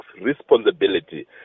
responsibility